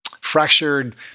fractured